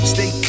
Stay